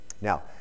Now